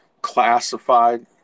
classified